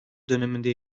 döneminde